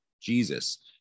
Jesus